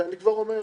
ואני כבר אומר,